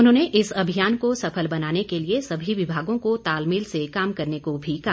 उन्होंने इस अभियान को सफल बनाने के लिए सभी विभागों को तालमेल से काम करने को भी कहा